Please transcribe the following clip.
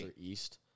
east